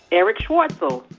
erich schwartzel.